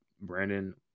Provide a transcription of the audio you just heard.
Brandon